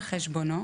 על חשבונו,